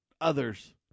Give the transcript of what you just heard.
others